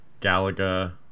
Galaga